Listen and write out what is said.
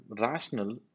rational